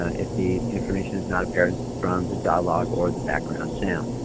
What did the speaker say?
ah if the information is not apparent from the dialogue or the background sound.